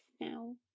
now